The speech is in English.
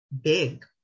big